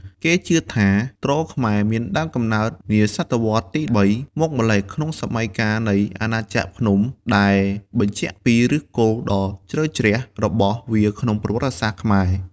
គេជឿថា ទ្រខ្មែរមានដើមកំណើតនាសតវត្សរ៍ទី៣ មកម្ល៉េះក្នុងសម័យកាលនៃអាណាចក្រភ្នំដែលបញ្ជាក់ពីឫសគល់ដ៏ជ្រៅជ្រះរបស់វាក្នុងប្រវត្តិសាស្ត្រខ្មែរ។